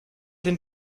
den